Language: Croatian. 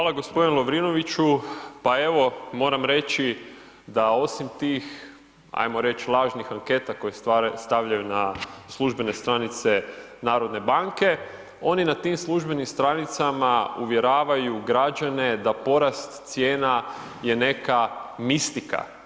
Hvala gospodine Lovrinoviću, pa evo moram reći da osim tih ajmo reći lažnih anketa koje stavljaju na službene stranice HNB-a, oni na tim službenim stranicama uvjeravaju građane da porast cijena je neka mistika.